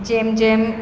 જેમ જેમ